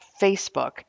Facebook